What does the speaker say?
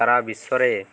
ସାରା ବିଶ୍ୱରେ